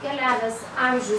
keliavęs amžius